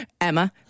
Emma